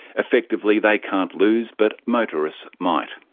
effectively they can't lose. but motorists might.